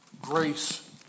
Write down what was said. Grace